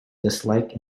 dislike